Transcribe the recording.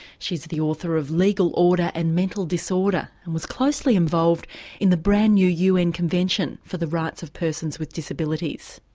she's the author of legal order and mental disorder and was closely involved in the brand new un convention for the rights of persons with disabilities.